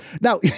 Now